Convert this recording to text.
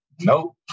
nope